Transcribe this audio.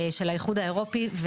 של האיחוד האירופי,